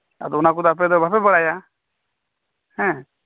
ᱟᱫᱚ ᱚᱱᱱᱟᱠᱚᱫᱚ ᱟᱯᱮᱫᱚ ᱵᱟᱯᱮ ᱵᱟᱲᱟᱭᱟ ᱦᱮᱸ